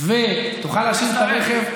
תוכל להשאיר את הרכב,